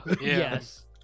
yes